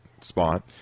spot